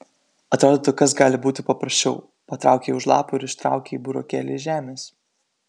atrodytų kas gali būti paprasčiau patraukei už lapų ir ištraukei burokėlį iš žemės